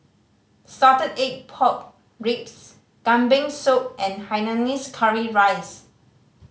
salted egg pork ribs Kambing Soup and hainanese curry rice